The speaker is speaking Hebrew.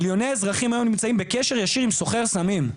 מיליוני אזרחים היום נמצאים בקשר ישיר עם סוחר סמים,